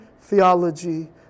theology